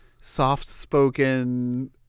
soft-spoken